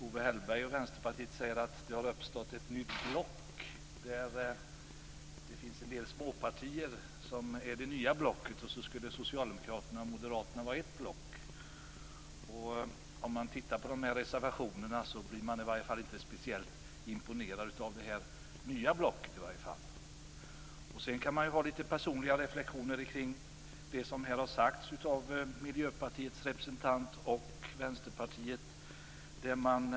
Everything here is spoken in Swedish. Owe Hellberg och Vänsterpartiet menar att det har uppstått ett nytt block bestående av småpartier och att Socialdemokraterna och Moderaterna skulle utgöra ett annat block. När man ser på reservationerna blir man dock inte speciellt imponerad i varje fall av det nya blocket. Man kan också göra litet personliga reflexioner kring det som här har sagts av Miljöpartiets och Vänsterpartiets representanter.